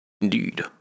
Indeed